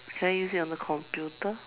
can I use it on the computer